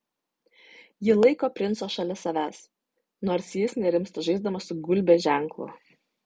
ji laiko princą šalia savęs nors jis nerimsta žaisdamas su gulbės ženklu